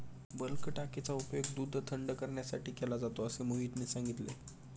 bulk टाकीचा उपयोग दूध थंड करण्यासाठी केला जातो असे मोहितने सांगितले